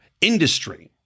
industry